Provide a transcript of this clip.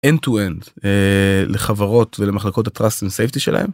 End to End לחברות ולמחלקות ה trust and safety שלהם.